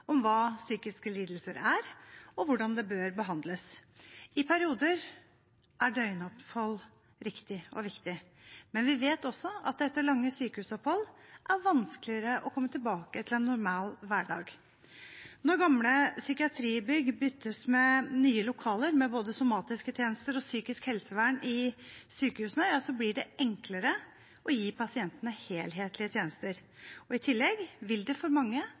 om hva psykiske lidelser er, og hvordan de bør behandles. I perioder er døgnopphold riktig og viktig, men vi vet også at det etter lange sykehusopphold er vanskeligere å komme tilbake til en normal hverdag. Når gamle psykiatribygg byttes ut med nye lokaler med både somatiske tjenester og psykisk helsevern i sykehusene, blir det enklere å gi pasientene helhetlige tjenester. I tillegg vil det for mange